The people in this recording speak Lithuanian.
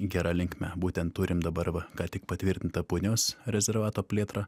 gera linkme būtent turim dabar va ką tik patvirtintą punios rezervato plėtrą